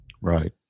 right